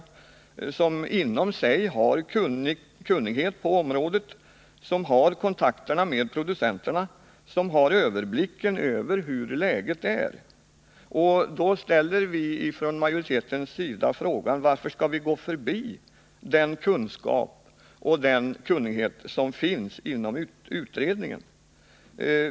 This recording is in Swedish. Utredningen har inom sig personer med kunnighet på området, har kontakterna med producenterna och har överblicken över läget. Då ställer vi från utskottsmajoritetens sida frågan: Varför skall vi gå förbi de kunskaper och den kunnighet som finns inom utredningen?